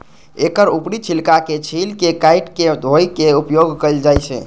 एकर ऊपरी छिलका के छील के काटि के धोय के उपयोग कैल जाए छै